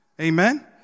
Amen